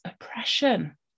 oppression